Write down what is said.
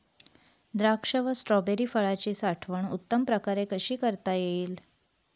द्राक्ष व स्ट्रॉबेरी फळाची साठवण उत्तम प्रकारे कशी करता येईल?